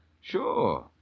Sure